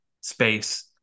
space